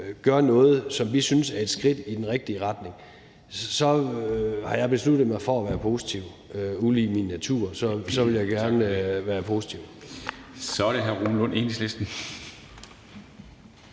gør noget, som vi synes er et skridt i den rigtige retning, så har jeg besluttet mig for at være positiv. Ulig min natur vil jeg gerne være positiv. Kl. 10:20 Formanden (Henrik